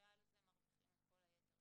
ועל זה מרוויחים את כל היתר.